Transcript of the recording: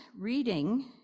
reading